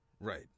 Right